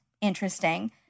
Interesting